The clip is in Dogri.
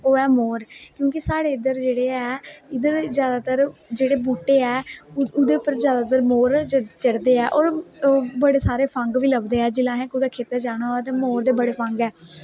ओह् ऐ मोर कि साढ़े इद्धर जेहड़े ऐ इद्धर ज्यादातर जेहडे़ बूहटे ऐ उंदे उप्पर ज्यादातर मोर चढ़दे ऐ ओऱ बडे़ सारे फंघ बी लभदे ऐ जिसलै असें कुतै खेतर जाना होऐ ते मोर दे फंघ ऐ